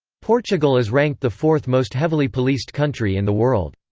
portugal is ranked the fourth most heavily policed country in the world.